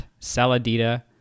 saladita